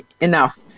enough